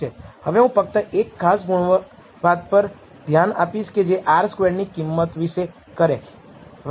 હવે હું ફક્ત એક ખાસ વાત ઉપર ધ્યાન આપીશ કે જે R સ્ક્વેરડ ની કિંમત વિશે વાત કરે